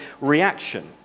reaction